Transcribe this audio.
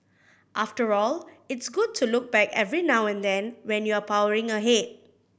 after all it's good to look back every now and then when you're powering ahead